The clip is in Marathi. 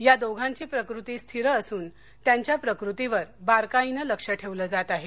या दोघांची प्रकृती स्थिर असून त्यांच्या प्रकृतीवर बारकाईने लक्ष ठेवलं जात आहे